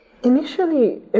Initially